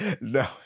No